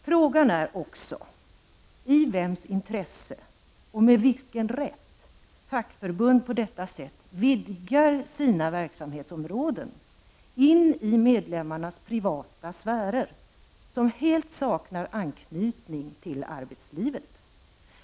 Frågan är också i vems intresse och med vilken rätt fackförbund på detta sätt vidgar sina verksamhetsområden in i medlemmarnas privata sfärer, som helt saknar anknytning till arbetslivet.